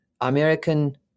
American